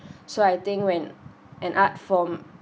so I think when an art form